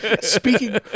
speaking